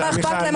מה אכפת להם?